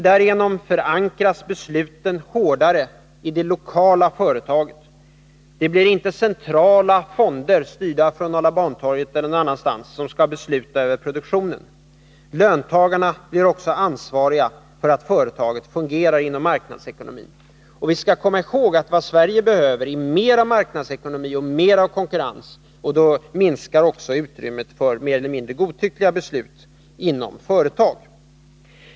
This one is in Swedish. Därigenom förankras besluten hårdare i det lokala företaget. Det blir inte centrala fonder, styrda från Norra Bantorget eller någon annan stans ifrån, som skall besluta över produktionen. Löntagarna blir också ansvariga för att företaget fungerar inom marknadsekonomin. Vi skall komma ihåg att Sverige behöver mera av marknadsekonomi och mera av konkurrens. Då minskar också utrymmet för mer eller mindre godtyckliga beslut inom företagen.